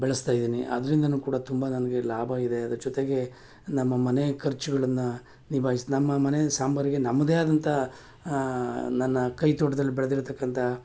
ಬೆಳೆಸ್ತಾಯಿದ್ದೀನಿ ಅದ್ರಿಂದಲೂ ಕೂಡ ತುಂಬ ನನಗೆ ಲಾಭ ಇದೆ ಅದ್ರ ಜೊತೆಗೇ ನಮ್ಮ ಮನೆ ಖರ್ಚುಗಳನ್ನ ನಿಭಾಯ್ಸಿ ನಮ್ಮ ಮನೆ ಸಾಂಬಾರಿಗೆ ನಮ್ಮದೇ ಆದಂಥ ನನ್ನ ಕೈದೋಟ್ದಲ್ಲಿ ಬೆಳೆದಿರ್ತಕ್ಕಂಥ